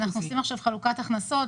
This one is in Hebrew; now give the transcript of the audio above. אנחנו עושים חלוקת הכנסות,